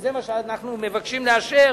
וזה מה שאנחנו מבקשים לאשר,